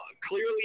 clearly